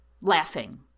laughing